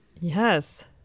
Yes